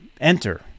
enter